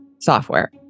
software